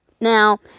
Now